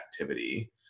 activity